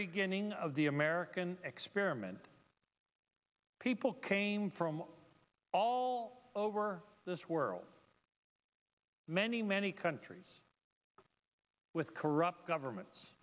beginning of the american experiment people came from all over this world many many countries with corrupt governments